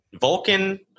Vulcan